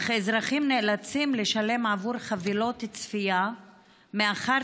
אך אזרחים נאלצים לשלם עבור חבילות צפייה מאחר